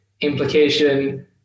implication